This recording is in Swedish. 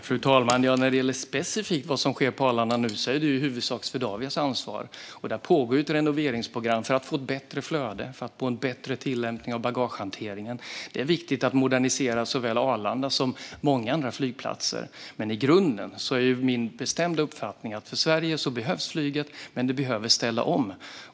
Fru talman! När det gäller vad som nu sker specifikt på Arlanda är detta i huvudsak Swedavias ansvar. Ett renoveringsprogram pågår för att få ett bättre flöde och en bättre tillämpning av bagagehanteringen. Det är viktigt att modernisera såväl Arlanda som många andra flygplatser. I grunden är min bestämda uppfattning att flyget behövs för Sverige, men det behöver ställa om.